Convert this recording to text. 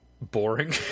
boring